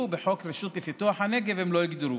בחוק הרשות לפיתוח הנגב הם לא יוגדרו.